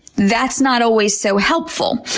that's not always so helpful.